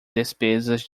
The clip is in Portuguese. despesas